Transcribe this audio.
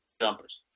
jumpers